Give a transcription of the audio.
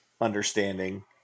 Understanding